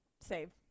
save